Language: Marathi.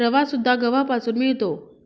रवासुद्धा गव्हापासून मिळतो